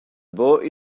buc